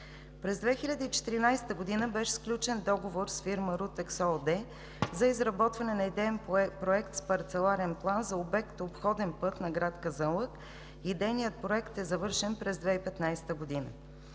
През 2014 г. беше сключен договор с фирма „Рутекс“ ООД за изработване на идеен проект с парцеларен план за обект „Обходен път на град Казанлък“. Идейният проект е завършен през 2015 г.